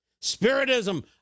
Spiritism